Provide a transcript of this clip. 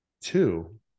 Two